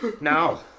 Now